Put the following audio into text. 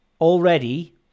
already